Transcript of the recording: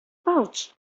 pouch